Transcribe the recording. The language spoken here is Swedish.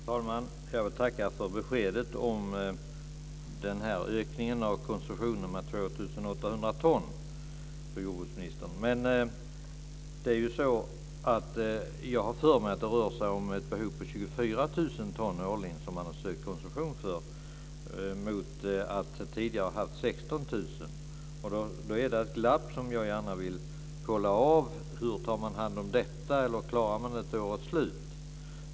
Fru talman! Jag vill tacka för beskedet om ökningen av koncessionen om 2 800 ton. Jag har för mig att man har sökt koncession för ett behov på 24 000 ton årligen mot tidigare 16 000. Där finns ett glapp. Hur tar man hand om detta? Går det att klara sig fram till årets slut?